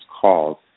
calls